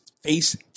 face